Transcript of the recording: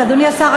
ואדוני השר,